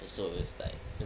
so it was like